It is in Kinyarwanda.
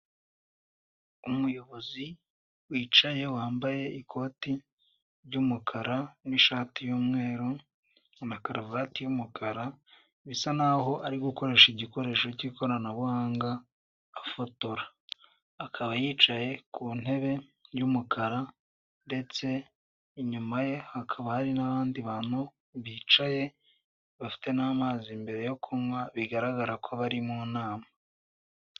Umuyobozi wicaye wambaye ikoti ry'umukara n'ishati y'umweru na karuvati y'umukara, bisa naho ari gukoresha igikoresho cy'ikoranabuhanga afotora, akaba yicaye ku ntebe y'umukara ndetse inyuma ye hakaba hari n'abandi bantu bicaye bafite n'amazi imbere yo kunywa, bigaragara ko bari mu nama.